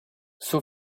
suo